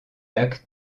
lacs